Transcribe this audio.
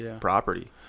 property